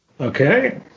Okay